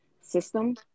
system